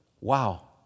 Wow